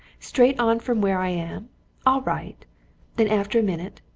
straight on from where i am all right then after a minute,